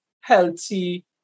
healthy